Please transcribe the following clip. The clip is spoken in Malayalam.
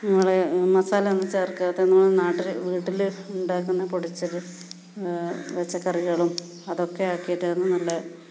നമ്മുടെ മസാല ഒന്നും ചേർക്കാത്ത നമ്മുടെ നാട്ടിൽ വീട്ടിൽ ഉണ്ടാക്കുന്ന പൊടിച്ചിട്ട് പച്ചക്കറികളും അതൊക്കെ ആക്കീട്ടാന്ന് നല്ല